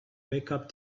backup